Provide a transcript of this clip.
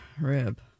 rib